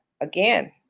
Again